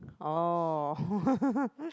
oh